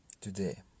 today